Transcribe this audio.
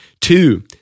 Two